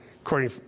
according